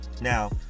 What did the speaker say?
Now